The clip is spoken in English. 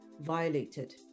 violated